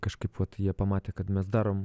kažkaip vat jie pamatė kad mes darom